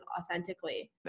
authentically